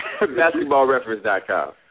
Basketballreference.com